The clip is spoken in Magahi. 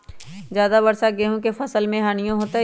ज्यादा वर्षा गेंहू के फसल मे हानियों होतेई?